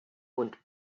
und